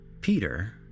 Peter